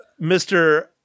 Mr